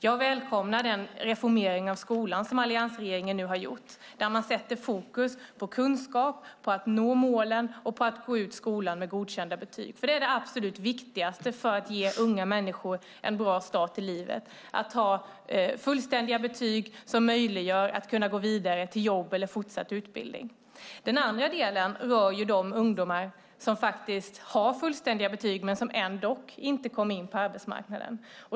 Jag välkomnar den reformering av skolan som alliansregeringen nu har gjort. Där sätter man fokus på kunskap, på att nå målen och på att gå ut skolan med godkända betyg. Det absolut viktigaste för att ge unga människor en bra start livet är att man har fullständiga betyg som möjliggör att man kan gå vidare till jobb eller fortsatt utbildning. Den andra delen rör de ungdomar som faktiskt har fullständiga betyg men som ändå inte kommer in på arbetsmarknaden.